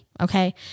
Okay